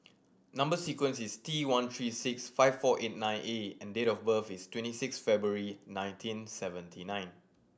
number sequence is T one three six five four eight nine A and date of birth is twenty six February nineteen seventy nine